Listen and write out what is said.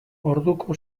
orduko